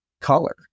color